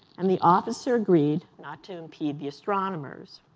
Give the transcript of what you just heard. and the officer agreed not to impede the astronomers.